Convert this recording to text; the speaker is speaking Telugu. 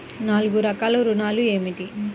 నాలుగు రకాల ఋణాలు ఏమిటీ?